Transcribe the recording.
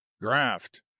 graft